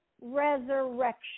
resurrection